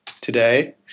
today